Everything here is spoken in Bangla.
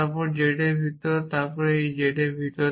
তারপর z এর ভিতরে তারপর z এর ভিতরে